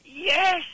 Yes